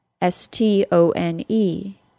S-T-O-N-E